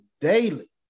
daily